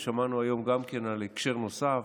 ושמענו היום גם על הקשר נוסף,